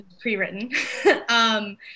pre-written